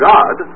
God